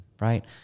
right